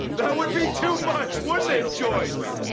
that would be too much, wouldn't it, joyce?